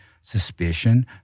suspicion